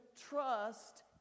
trust